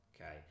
okay